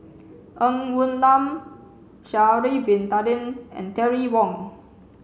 Ng Woon Lam Sha'ari Bin Tadin and Terry Wong